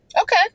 Okay